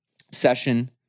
session